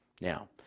Now